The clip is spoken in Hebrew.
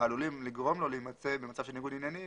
העלולים לגרום לו להימצא במצב של ניגוד עניינים,